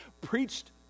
preached